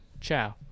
ciao